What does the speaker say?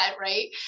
right